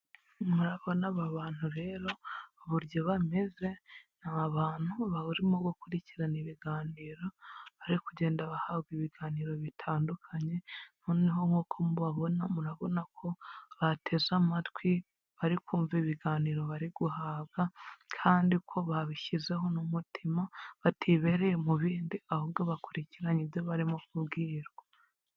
Murabona aba bantu rero uburyo bameze ni bantu barimo gukurikirana ibiganiro. Barikugenda bahabwa ibiganiro bitandukanye, noneho nk'uko mubabona murabona ko bateze amatwi barikumva ibiganiro bari guhabwa, kandi ko babishyizeho n'umutima batibereye mu bindi, ahubwo bakurikiranaranye ibyo barimo kubwirwa.